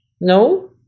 no